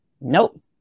nope